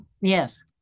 Yes